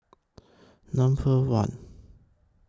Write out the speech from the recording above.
Number one